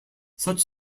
such